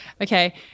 Okay